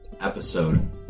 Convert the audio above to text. episode